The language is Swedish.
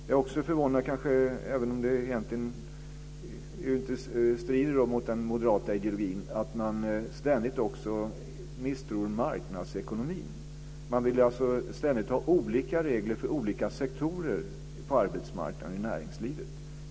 Jag är förvånad över, eftersom det egentligen strider mot den moderata ideologin, att man ständigt misstror marknadsekonomin. Man vill ständigt ha olika regler för olika sektorer på arbetsmarknaden och i näringslivet.